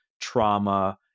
trauma